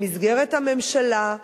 במסגרת הממשלה.